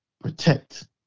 protect